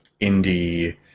indie